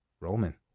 Roman